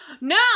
no